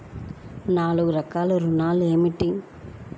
నాలుగు రకాల ఋణాలు ఏమిటీ?